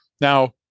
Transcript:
Now